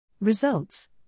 Results